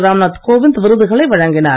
ராம்நாத் கோவிந்த் விருதுகளை வழங்கினார்